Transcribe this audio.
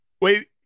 Wait